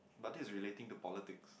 but this is relating to politics